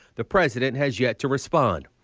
the president has yet to respond.